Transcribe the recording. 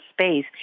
space